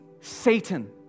Satan